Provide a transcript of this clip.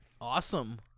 Awesome